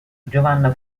giovanna